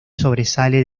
sobresale